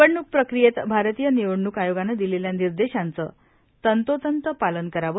निवडण्क प्रक्रियेत भारतीय निवडण्क आयोगानं दिलेल्या निर्देशांचं तंतोतंत पालन करावं